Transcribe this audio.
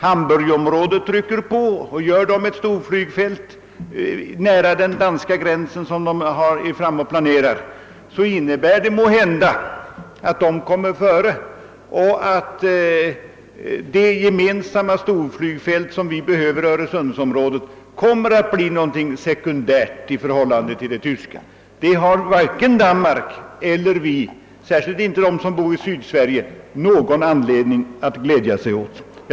Hamburgområdet pressar på, och byggs det planerade storflygfältet nära den danska gränsen skulle detta måhända innebära att tyskarna kommer före, med påföljd att det gemensamma storflygfältet, som vi behöver i öresundsområdet, blir någonting sekundärt jämfört med det tyska. Varken danskar eller svenskar — särskilt inte de som bor i Sydsverige — har nå gon anledning att glädja sig åt detta.